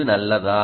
இது நல்லதா